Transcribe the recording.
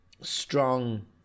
strong